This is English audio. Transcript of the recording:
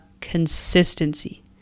consistency